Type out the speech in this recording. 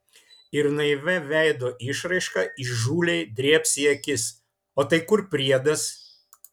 ir naivia veido išraiška įžūliai drėbs į akis o tai kur priedas